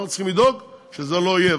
אנחנו צריכים לדאוג שזה לא יהיה,